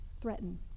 Threaten